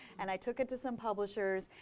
and i took it to some publishers.